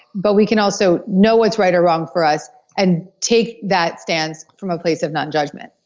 but we can also know what's right or wrong for us and take that stance from a place of non-judgment.